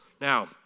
Now